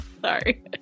sorry